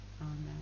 Amen